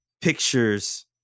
pictures